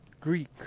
Greek